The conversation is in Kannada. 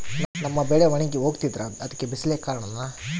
ನಮ್ಮ ಬೆಳೆ ಒಣಗಿ ಹೋಗ್ತಿದ್ರ ಅದ್ಕೆ ಬಿಸಿಲೆ ಕಾರಣನ?